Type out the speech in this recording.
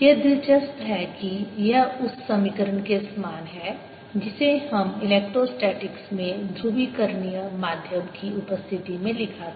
यह दिलचस्प है कि यह उस समीकरण के समान है जिसे हमने इलेक्ट्रोस्टैटिक्स में ध्रुवीकरणीय माध्यम की उपस्थिति में लिखा था